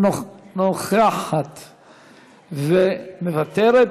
נוכחת ומוותרת,